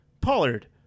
pollard